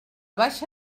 baixa